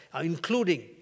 including